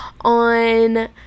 on